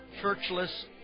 churchless